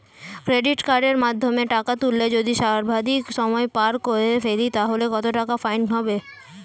Credit কার্ডের মাধ্যমে টাকা তুললে যদি সর্বাধিক সময় পার করে ফেলি তাহলে কত টাকা ফাইন হবে?